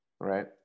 right